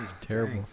Terrible